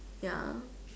ya